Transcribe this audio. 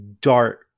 dart